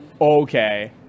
Okay